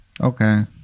okay